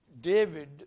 David